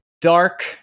dark